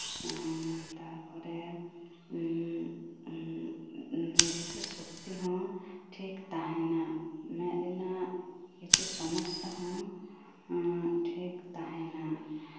ᱛᱟᱨᱯᱚᱨᱮ ᱮᱜ ᱫᱤᱥᱟᱹ ᱥᱚᱠᱛᱤ ᱦᱚᱸ ᱴᱷᱤᱠ ᱛᱟᱸᱦᱮᱱᱟ ᱢᱮᱫ ᱨᱮᱱᱟᱜ ᱠᱤᱪᱷᱩ ᱥᱚᱢᱚᱥᱥᱟ ᱦᱚᱸ ᱴᱷᱤᱠ ᱛᱟᱸᱦᱮᱱᱟ